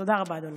תודה רבה, אדוני.